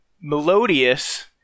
melodious